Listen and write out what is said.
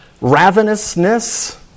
ravenousness